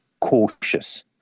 cautious